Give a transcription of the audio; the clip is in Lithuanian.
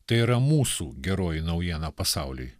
tai yra mūsų geroji naujiena pasauliui